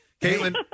Caitlin